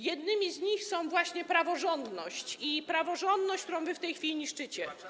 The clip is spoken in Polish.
Jedną z nich jest właśnie praworządność - praworządność, którą wy w tej chwili niszczycie.